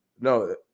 no